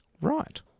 Right